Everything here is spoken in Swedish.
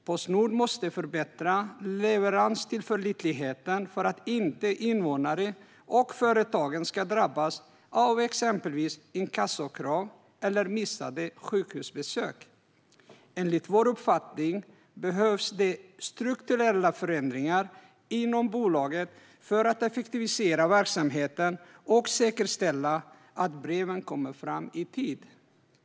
Postnord måste förbättra leveranstillförlitligheten för att inte invånare och företag ska drabbas av exempelvis inkassokrav eller missade sjukhusbesök. Enligt vår uppfattning behövs det strukturella förändringar inom bolaget för att effektivisera verksamheten och säkerställa att breven kommer fram i tid.